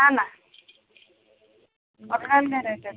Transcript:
ନା